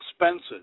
expenses